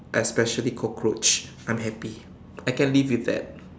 especially cockroach I'm happy I can live with that